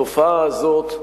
התופעה הזאת,